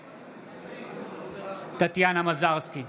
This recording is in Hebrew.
נגד טטיאנה מזרסקי,